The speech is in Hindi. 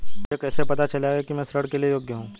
मुझे कैसे पता चलेगा कि मैं ऋण के लिए योग्य हूँ?